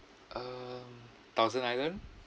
um thousand island